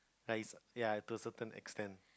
likes ya to a certain extent